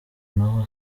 naho